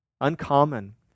uncommon